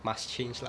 must change lah